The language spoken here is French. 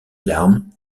larmes